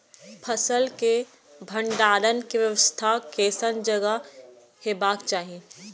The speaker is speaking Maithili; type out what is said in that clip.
फसल के भंडारण के व्यवस्था केसन जगह हेबाक चाही?